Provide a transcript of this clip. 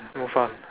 move ah